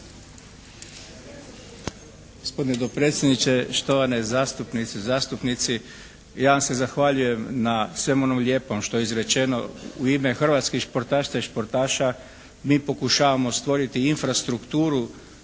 hrvatskih športašica i športaša.